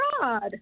God